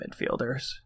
midfielders